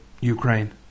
Ukraine